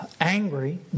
angry